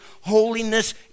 holiness